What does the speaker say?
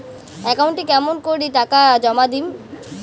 একাউন্টে কেমন করি টাকা জমা দিম?